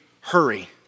hurry